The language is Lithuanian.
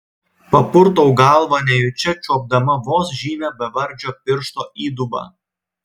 papurtau galvą nejučia čiuopdama vos žymią bevardžio piršto įdubą